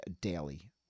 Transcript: daily